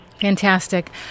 Fantastic